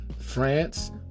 france